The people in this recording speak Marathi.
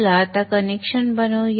चला आता कनेक्शन बनवूया